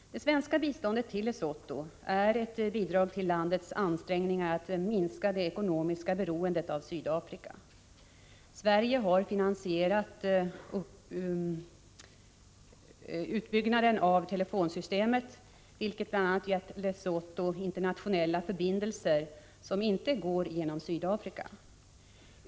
Det svenska biståndet till Lesotho är ett bidrag till landets ansträngningar att minska det ekonomiska beroendet av Sydafrika. Sverige har finansierat utbyggnad av telefonsystemet, vilket bl.a. gett Lesotho internationella förbindelser som ej går genom Sydafrika.